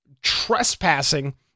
trespassing